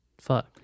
Fuck